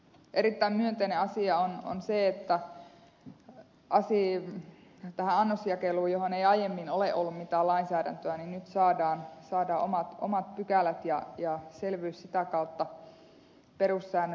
erittäin myönteinen asia on se että tähän annosjakeluun johon ei aiemmin ole ollut mitään lainsäädäntöä nyt saadaan omat pykälät ja selvyys sitä kautta perussäännösten muodossa